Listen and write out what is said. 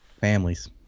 families